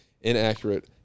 inaccurate